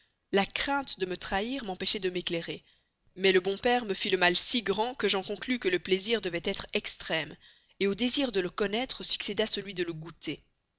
la crainte de me trahir m'empêchait de m'éclairer mais le bon père me fit le mal si grand que j'en conclus que le plaisir devait être extrême au désir de le connaître succéda celui de le goûter